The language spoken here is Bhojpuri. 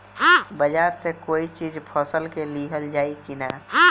बाजार से कोई चीज फसल के लिहल जाई किना?